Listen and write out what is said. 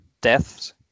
deaths